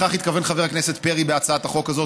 לכך התכוון חבר הכנסת פרי בהצעת החוק הזאת,